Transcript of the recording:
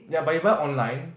ya but you buy online